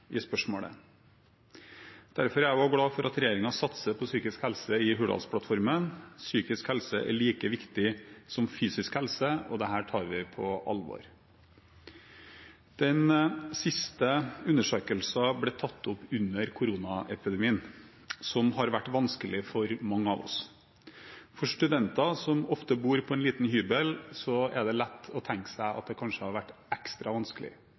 i spørsmålet. Derfor er jeg også glad for at regjeringen satser på psykisk helse i Hurdalsplattformen. Psykisk helse er like viktig som fysisk helse, og dette tar vi på alvor. Den siste undersøkelsen ble gjort opp under koronaepidemien, som har vært vanskelig for mange av oss. For studenter, som ofte bor på en liten hybel, er det lett å tenke seg at det kanskje har vært ekstra vanskelig